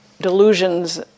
delusions